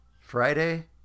Friday